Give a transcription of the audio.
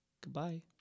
Goodbye